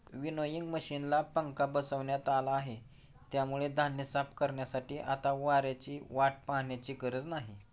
winnowing मशिनला पंखा बसवण्यात आला आहे, त्यामुळे धान्य साफ करण्यासाठी आता वाऱ्याची वाट पाहण्याची गरज नाही